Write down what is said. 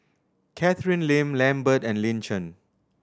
Catherine Lim Lambert and Lin Chen